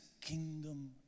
kingdom